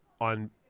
on